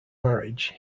marriage